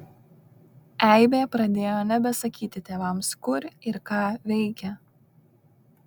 eibė pradėjo nebesakyti tėvams kur ir ką veikia